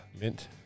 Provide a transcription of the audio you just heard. Mint